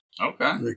Okay